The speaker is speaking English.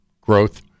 growth